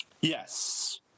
Yes